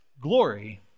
glory